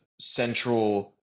central